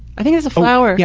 i think it's a flower. yeah